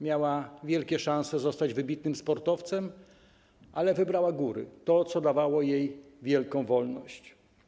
Miała wielkie szanse zostać wybitnym sportowcem, ale wybrała góry, to, co dawało jej wielką wolność.